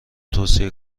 توصیه